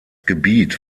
gebiet